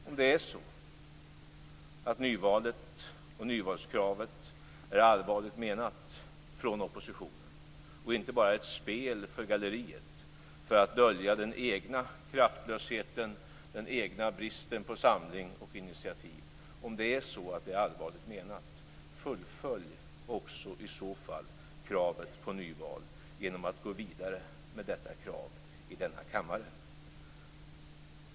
Om det är så att nyvalskravet är allvarligt menat från oppositionen och inte bara ett spel för galleriet för att dölja den egna kraftlösheten, den egna bristen på samling och initiativ, fullfölj i så fall också kravet på nyval genom att gå vidare med det i denna kammare!